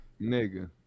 Nigga